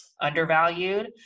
undervalued